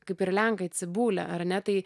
kaip ir lenkai cibulia ar ne tai